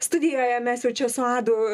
studijoje mes jau čia su adu